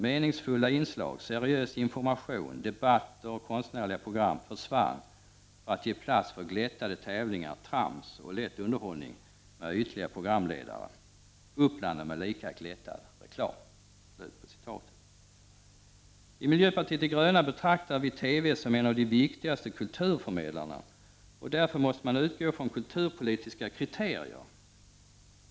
Meningsfulla inslag, seriös information, debatter och konstnärliga program försvann för att ge plats för glättade tävlingar, trams och lätt underhållning med ytliga programledare. Uppblandad med lika glättad reklam.” I miljöpartiet de gröna betraktar vi TV som en av de viktigaste kulturförmedlarna och därför måste man utgå från kulturpolitiska kriterier.